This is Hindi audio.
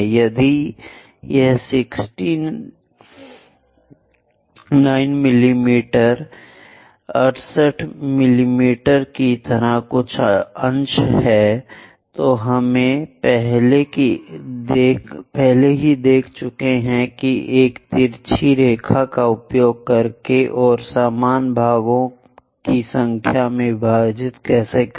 यदि यह 69 मिमी 68 मिमी की तरह कुछ अंश है तो हम पहले ही देख चुके हैं कि इस तिरछी रेखा का उपयोग करके और समान भागों की संख्या में विभाजित कैसे करें